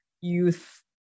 youth